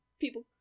People